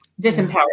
disempowered